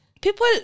People